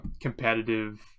competitive